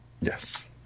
yes